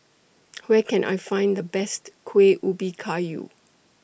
Where Can I Find The Best Kuih Ubi Kayu